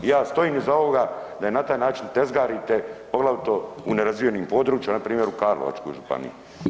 I ja stojim iza ovoga da na taj način tezgarite poglavito u nerazvijenim područjima, na primjer u Karlovačkoj županiji.